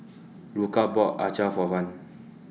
Luka bought Acar For Van